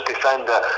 defender